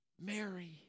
Mary